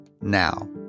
now